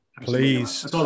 please